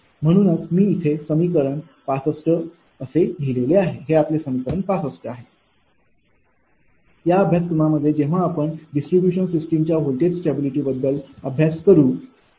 म्हणूनच मी इथे समीकरण 65 असे लिहिले आहे या अभ्यासक्रमामध्ये जेव्हा आपण डिस्ट्रीब्यूशन सिस्टीम च्या व्होल्टेज स्टॅबिलिटी बद्दल अभ्यास करू